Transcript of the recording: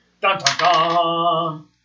Dun-dun-dun